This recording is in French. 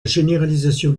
généralisation